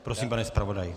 Prosím, pane zpravodaji.